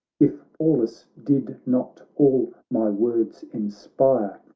if pallas did not all my words inspire,